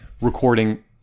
recording